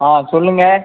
ஆ சொல்லுங்கள்